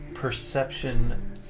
Perception